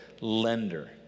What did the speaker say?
lender